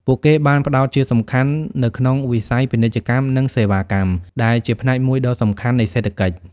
ពួកគេបានផ្តោតជាសំខាន់នៅក្នុងវិស័យពាណិជ្ជកម្ម និងសេវាកម្ម ដែលជាផ្នែកមួយដ៏សំខាន់នៃសេដ្ឋកិច្ច។